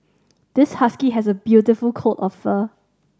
this husky has a beautiful coat of fur